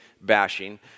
bashing